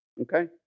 Okay